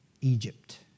Egypt